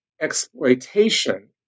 exploitation